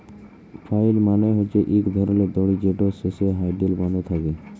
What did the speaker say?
flail মালে হছে ইক ধরলের দড়ি যেটর শেষে হ্যালডেল বাঁধা থ্যাকে